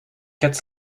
quatre